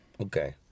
Okay